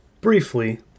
Briefly